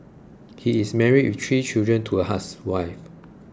he is married with three children to a housewife